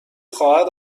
خواهد